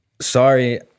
sorry